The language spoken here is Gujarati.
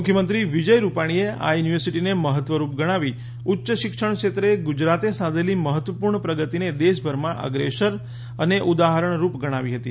મુખ્યમંત્રી વિજય રૂપાણીએ આ યુનિવર્સિટીને મહત્વરૂપ ગણાવી ઉચ્ય શિક્ષણ ક્ષેત્રે ગુજરાતે સાઘેલી મહત્વપુર્ણ પ્રગતિને દેશભરમાં અગ્રેસર અને ઉદાહરણરૂપ ગણાવી હતી